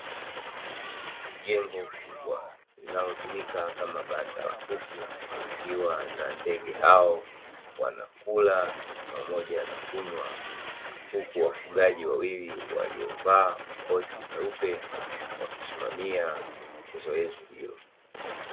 Jengo kubwa linalotumika kama banda la kuku kukiwa na ndege hao wanakula pamoja na kunywa huku wafugaji wawili waliovaa makoti meupe wakisimamia zoezi hilo.